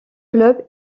club